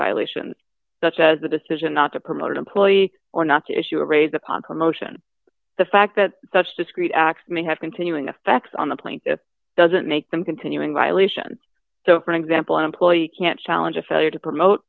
violations such as the decision not to promote an employee or not to issue a raise upon promotion the fact that such discrete acts may have continuing effects on the plaintiff doesn't make them continuing violations so for example an employee can challenge a failure to promote